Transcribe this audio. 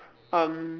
um